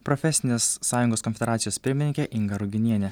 profesinės sąjungos konfederacijos pirmininkė inga ruginienė